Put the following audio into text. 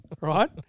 right